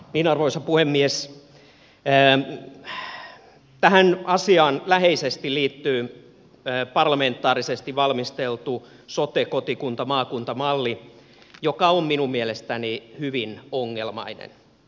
niin arvoisa puhemies tähän asiaan läheisesti liittyy parlamentaarisesti valmisteltu soten kotikuntamaakunta malli joka on minun mielestäni hyvin ongelmainen